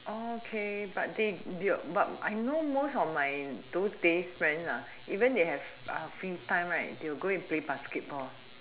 okay but they but I know most of my those day friend even they have free time right they'll go and play basketball